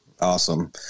Awesome